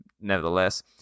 nevertheless